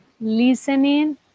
listening